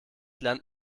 lernt